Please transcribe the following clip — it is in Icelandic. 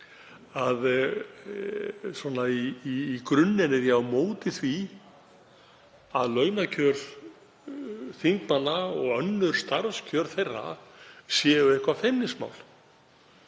að í grunninn er ég á móti því að launakjör þingmanna og önnur starfskjör þeirra séu eitthvert feimnismál.